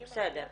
בסדר,